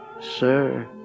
Sir